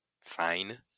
fine